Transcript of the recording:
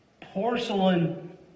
porcelain